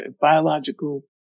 biological